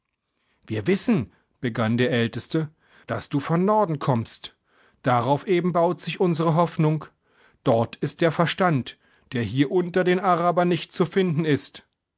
wir wissen begann der älteste daß du vom norden kommst darauf eben baut sich unsere hoffnung dort ist der verstand der hier unter den arabern nicht zu finden ist